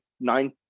nine